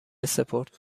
سپرد